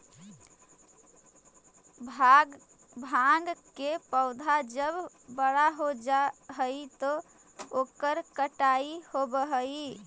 भाँग के पौधा जब बड़ा हो जा हई त ओकर कटाई होवऽ हई